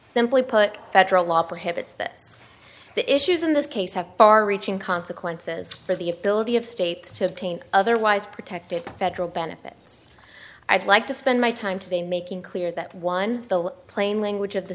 simply put federal law prohibits this the issues in this case have far reaching consequences for the ability of states to obtain otherwise protected federal benefits i'd like to spend my time today making clear that one the plain language of the